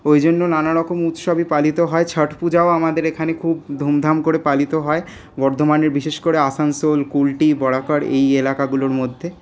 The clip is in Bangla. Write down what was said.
ওইজন্য নানারকম উৎসবই পালিত হয় ছট পূজাও আমাদের এখানে খুব ধুমধাম করে পালিত হয় বর্ধমানে বিশেষ করে আসানসোল কুলটি বরাকর এই এলাকাগুলোর মধ্যে